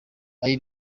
ari